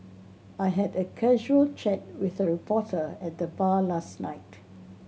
I had a casual chat with a reporter at the bar last night